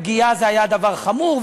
פגיעה הייתה דבר חמור,